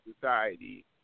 society